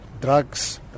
drugs